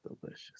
delicious